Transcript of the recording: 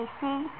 see